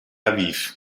aviv